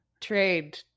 trade